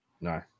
No